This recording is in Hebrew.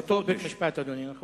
באותו בית-משפט, אדוני, נכון?